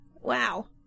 Wow